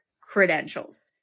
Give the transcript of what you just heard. credentials